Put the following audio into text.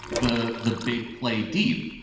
the the big play deep.